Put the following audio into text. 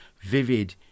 vivid